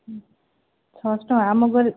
ଛଅଶହ ଟଙ୍କା ଆମ ଘରେ